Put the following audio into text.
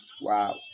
Wow